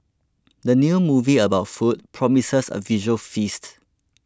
the new movie about food promises a visual feast